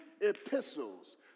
epistles